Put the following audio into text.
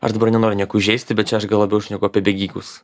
aš dabar nenoriu nieko įžeisti bet čia aš gal labiau šneku apie bėgikus